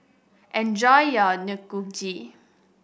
enjoy your